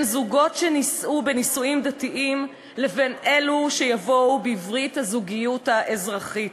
זוגות שנישאו בנישואים דתיים לבין אלו שיבואו בברית הזוגיות האזרחית.